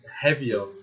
heavier